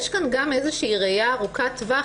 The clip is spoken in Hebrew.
יש כאן גם איזו ראייה ארוכת-טווח,